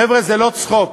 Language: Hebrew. חבר'ה, זה לא צחוק.